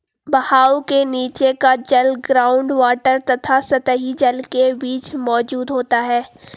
बहाव के नीचे का जल ग्राउंड वॉटर तथा सतही जल के बीच मौजूद होता है